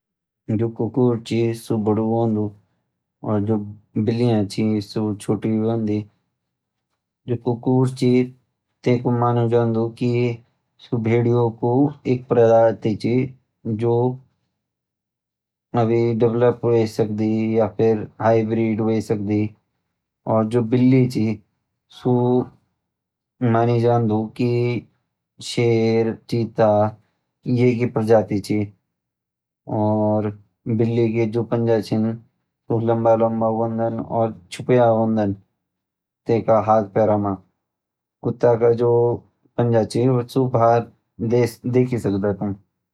जो कुकुर छ बडू होन्दु जो बिल्लियाँ छी सु छोटी होंदी, कुकुर जो छी भेड़िया की प्रजाति छी बिल्ली शेर चीता की प्रजाति छा बिल्ली कु पंजा छुपिया होंदन कुकुर का पंजा बहार होंदा